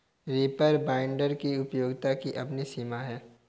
reaper binder की उपयोगिता की अपनी सीमा है